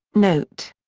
note.